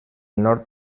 nord